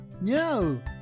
no